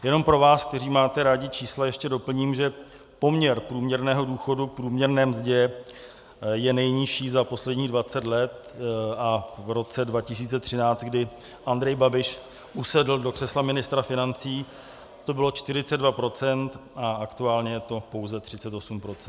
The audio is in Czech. Jenom pro vás, kteří máte rádi čísla, ještě doplním, že poměr průměrného důchodu k průměrné mzdě je nejnižší za posledních dvacet let a v roce 2013, kdy Andrej Babiš usedl do křesla ministra financí, to bylo 42 % a aktuálně je to pouze 38 %.